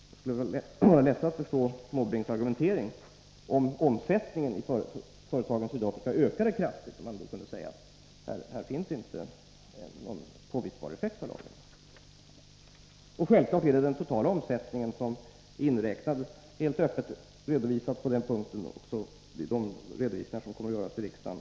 Det skulle vara lättare att förstå Måbrinks argumentering, om omsättningen i de svenska företagen i Sydafrika ökat kraftigt, så att man kunde säga att lagen inte givit någon påvisbar effekt. Självfallet är det på denna punkt fråga om den totala omsättningen, och uppgifter härom kommer också helt öppet att läggas fram i de redovisningar som skall göras för riksdagen.